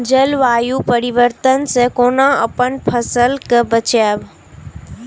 जलवायु परिवर्तन से कोना अपन फसल कै बचायब?